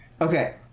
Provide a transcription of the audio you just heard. Okay